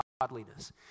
godliness